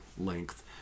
length